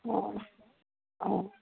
অ' অ'